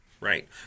Right